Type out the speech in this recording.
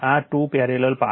આ 2 parallel path છે